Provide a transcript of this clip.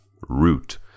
Root